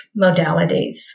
modalities